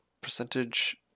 percentage